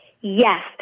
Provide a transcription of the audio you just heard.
Yes